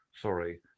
sorry